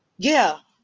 yeah.